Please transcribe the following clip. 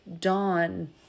dawn